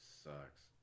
sucks